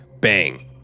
bang